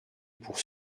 pour